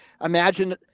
imagine